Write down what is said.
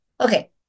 Okay